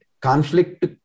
conflict